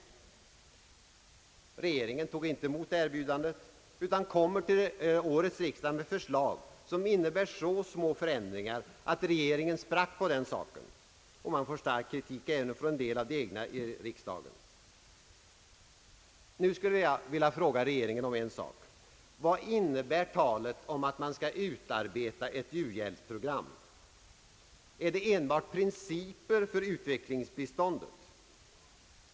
Regeringen tog inte emot erbjudandet utan kommer till årets riksdag med förslag som innebär så små förändringar, att regeringen sprack på den saken. Och man får stark kritik även från en del av de egna i riksdagen. Nu skulle jag vilja fråga regeringen om en sak: Vad innebär talet om att man skall utarbeta ett u-hjälpsprogram? Är det enbart fråga om principerna för utvecklingsbiståndet?